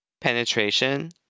Penetration